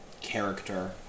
Character